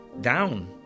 down